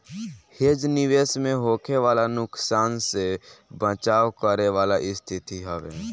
hedge निवेश में होखे वाला नुकसान से बचाव करे वाला स्थिति हवे